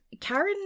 Karen